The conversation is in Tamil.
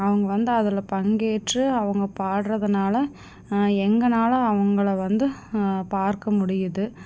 அவங்க வந்து அதில் பங்கேற்று அவங்க பாடுகிறதுனால எங்கனால் அவங்களை வந்து பார்க்க முடியுது